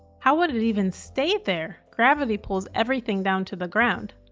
how would it even stay there? gravity pulls everything down to the ground.